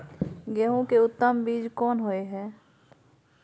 गेहूं के उत्तम बीज कोन होय है?